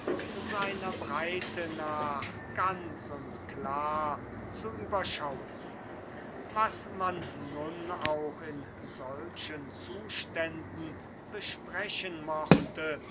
seiner breite nach ganz und klar zu überschauen was man nun auch in solchen zuständen besprechen mochte